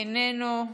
איננו,